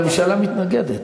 הממשלה מתנגדת,